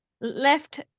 left